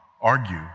argue